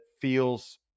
feels